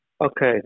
Okay